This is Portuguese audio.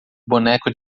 boneco